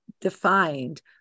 defined